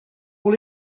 will